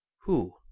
who?